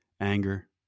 anger